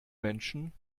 menschen